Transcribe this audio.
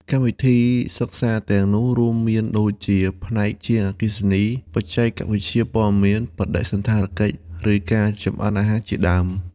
កម្មវិធីសិក្សាទាំងនោះរួមមានដូចជា ផ្នែកជាងអគ្គិសនី បច្ចេកវិទ្យាព័ត៌មាន បដិសណ្ឋារកិច្ច ឬការចម្អិនអាហារជាដើម។